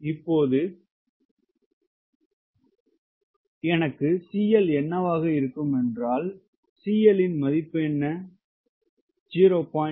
இப்போது எனக்கு CL என்னவாக இருக்கும் என்றால் CL இன் மதிப்பு என்ன மாணவன் 0